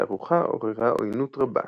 התערוכה עוררה עוינות רבה.